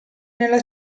nella